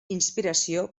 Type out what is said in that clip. inspiració